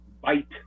bite